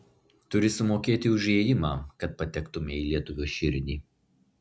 turi sumokėti už įėjimą kad patektumei į lietuvio širdį